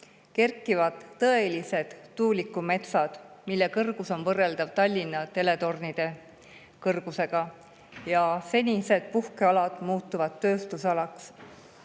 Kerkivad tõelised tuulikumetsad, mille kõrgus on võrreldav Tallinna teletorni kõrgusega, ja senised puhkealad muutuvad tööstusalaks.